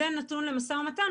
זה נתון למשא ומתן,